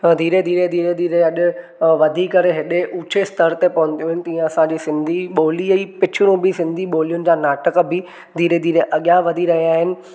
धीरे धीरे धीरे धीरे अॼु वधी करे हेॾे ऊँचे स्तर ते पहुतियूं आहिनि तीअं असांजी सिंधी ॿोलीअ जी पिचरूं बि सिंधी ॿोलियुनि जा नाटक बि धीरे धीरे अॻियां वधी रहियां आहिनि